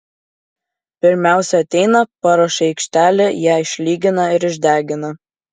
pirmiausia ateina paruošia aikštelę ją išlygina ir išdegina